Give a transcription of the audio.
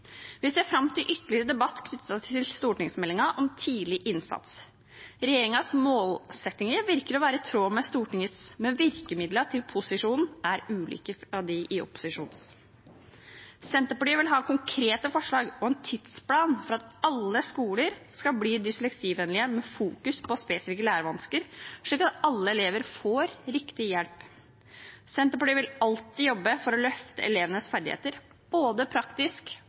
Vi ser fram til ytterligere debatt knyttet til stortingsmeldingen om tidlig innsats. Regjeringens målsettinger virker å være i tråd med Stortingets, men virkemidlene til posisjonen er ulike opposisjonens. Senterpartiet vil ha konkrete forslag og en tidsplan for at alle skoler skal bli dysleksivennlige med fokus på spesifikke lærevansker, slik at alle elever får riktig hjelp. Senterpartiet vil alltid jobbe for å løfte elevenes ferdigheter, både praktisk